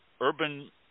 urban